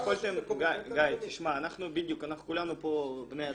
אנחנו כולנו פה בני אדם.